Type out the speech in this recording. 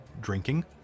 drinking